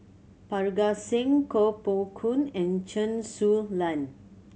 Parga Singh Koh Poh Koon and Chen Su Lan